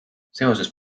seoses